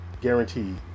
guaranteed